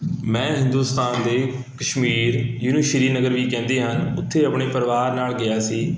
ਮੈਂ ਹਿੰਦੁਸਤਾਨ ਦੇ ਕਸ਼ਮੀਰ ਜਿਹਨੂੰ ਸ਼੍ਰੀਨਗਰ ਵੀ ਕਹਿੰਦੇ ਹਨ ਉੱਥੇ ਆਪਣੇ ਪਰਿਵਾਰ ਨਾਲ ਗਿਆ ਸੀ